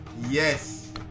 yes